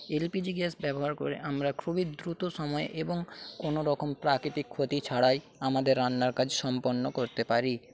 LPG gas ব্যবহার করে আমরা খুবই দ্রুত সময়ে এবং কোনোরকম প্রাকৃতিক ক্ষতি ছাড়াই আমাদের রান্নার কাজ সম্পন্ন করতে পারি